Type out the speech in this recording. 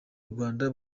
rwanda